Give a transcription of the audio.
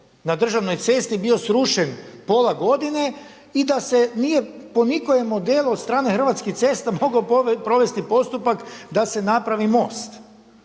na državnoj cesti bio srušen pola godine i da se nije po nikojem modelu od strane Hrvatskih cesta mogao provesti postupak da se napravi most.